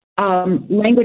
Language